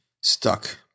stuck